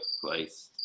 place